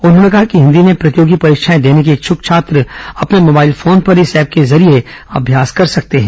उन्होंने कहा कि हिन्दी में प्रतियोगी परीक्षाएं देने के इच्छक छात्र अपने मोबाइल फोन पर इस ऐप के जरिये अम्यास कर सकते हैं